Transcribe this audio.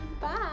Bye